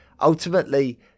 ultimately